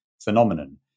phenomenon